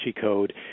Code